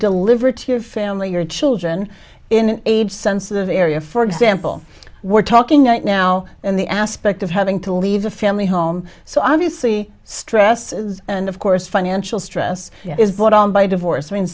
deliver to or family your children in an age sensitive area for example we're talking about now and the aspect of having to leave the family home so obviously stresses and of course financial stress is brought on by divorce